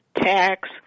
tax